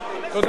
תודה רבה.